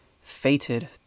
fated